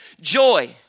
Joy